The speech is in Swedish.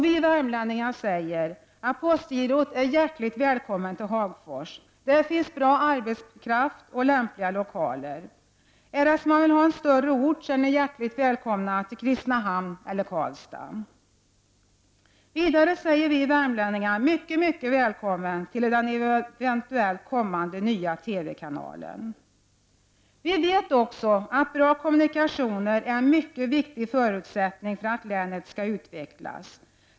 Vi värmlänningar säger att postgirot är hjärtligt välkommet till Hagfors. Där finns det bra arbetskraft och lämpliga lokaler. Är det så att det måste vara en större ort, är man hjärtligt välkommen till Kristinehamn eller Vidare hälsar vi värmlänningar den eventuellt kommande nya TV-kanalen mycket mycket välkommen. Bra kommunikationer är ju en mycket viktig förutsättning för att länet skall utvecklas.